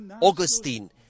Augustine